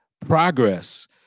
progress